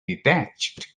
detached